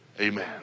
Amen